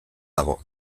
dago